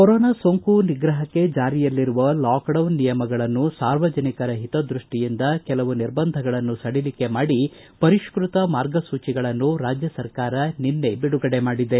corona ಸೋಂಕು ನಿಗ್ರಪಕ್ಕೆ ಜಾರಿಯಲ್ಲಿರುವ ಲಾಕ್ಡೌನ್ ನಿಯಮಗಳನ್ನು ಸಾರ್ವಜನಿಕರ ಹಿತದ್ಯಸ್ವಿಯಿಂದ ಕೆಲವು ನಿಬಂಧಗಳನ್ನು ಸಡಿಲಿಕೆ ಮಾಡಿ ಪರಿಷ್ಠತ ಮಾರ್ಗಸೂಚಿಗಳನ್ನು ರಾಜ್ಯ ಸರ್ಕಾರ ನಿನ್ನೆ ಬಿಡುಗಡೆ ಮಾಡಿದೆ